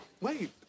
wait